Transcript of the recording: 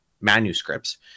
manuscripts